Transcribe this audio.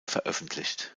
veröffentlicht